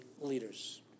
leaders